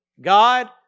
God